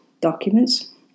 documents